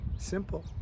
simple